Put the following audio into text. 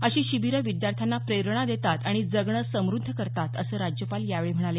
अशी शिबीरं विद्यार्थ्यांना प्रेरणा देतात आणि जगणं समुद्ध करतात असं राज्यपाल यावेळी म्हणाले